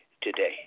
today